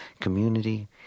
community